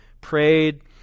prayed